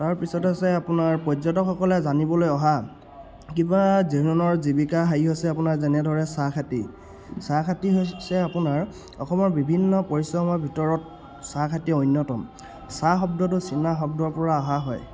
তাৰপিছত হৈছে আপোনাৰ পৰ্যটকসকলে জানিবলৈ অহা কিবা জীৱনৰ জীৱিকা হেৰি হৈছে আপোনাৰ যেনেদৰে চাহ খাতি চাহ খাতি হৈছে আপোনাৰ অসমৰ বিভিন্ন পৰিশ্ৰমৰ ভিতৰত চাহ খাতি অন্যতম চাহ শব্দটো চিনা শব্দৰপৰা অহা হয়